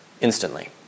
instantly